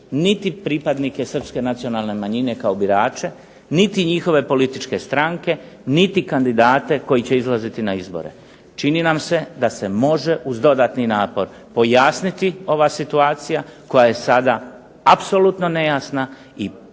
niti pripadnike Srpske nacionalne manjine kao birače niti njihove političke stranke, niti kandidate koji će izlaziti na izbore. Čini nam se da se može uz dodatni napor pojasniti ova situacija koja je sada apsolutno nejasna i velika